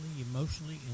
emotionally